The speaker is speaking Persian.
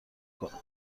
کنم